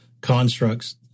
constructs